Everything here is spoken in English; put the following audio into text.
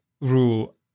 rule